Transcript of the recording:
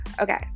Okay